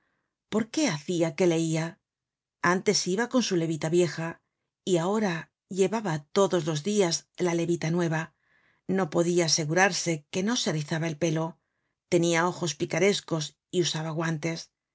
por qué hacia que leia antes iba con su levita vieja y ahora llevaba todos los dias la levita nueva no podia asegurarse que no se rizaba el pelo tenia ojos picarescos y usaba guantes